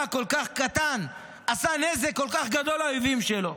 כל כך קטן עשה נזק כל כך גדול לאויבים שלו.